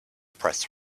press